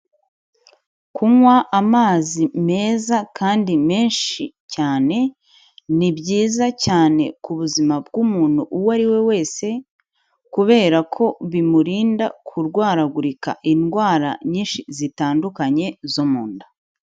Kunywa amazi meza kandi menshi cyane ni byiza cyane ku buzima bw'umuntu uwo ari we wese, kubera ko bimurinda kurwaragurika indwara nyinshi zitandukanye zo mu nda.